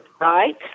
Right